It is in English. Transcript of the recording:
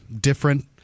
different